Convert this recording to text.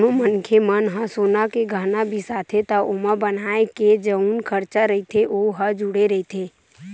कोनो मनखे मन ह सोना के गहना बिसाथे त ओमा बनाए के जउन खरचा रहिथे ओ ह जुड़े रहिथे